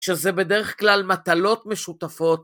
שזה בדרך כלל מטלות משותפות